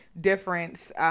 difference